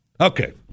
Okay